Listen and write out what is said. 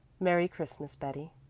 merry christmas, betty.